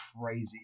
crazy